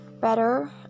better